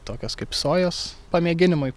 tokios kaip sojos pamėginimui